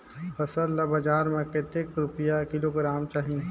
फसल ला बजार मां कतेक रुपिया किलोग्राम जाही?